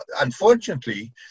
unfortunately